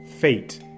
fate